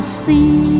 see